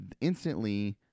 instantly